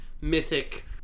mythic